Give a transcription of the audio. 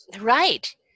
Right